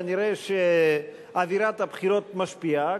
כנראה אווירת הבחירות משפיעה,